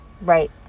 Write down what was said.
Right